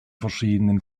verschiedenen